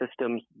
systems